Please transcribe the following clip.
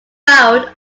filed